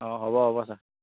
অঁ হ'ব হ'ব ছাৰ